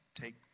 take